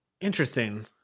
interesting